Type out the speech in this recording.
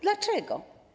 Dlaczego?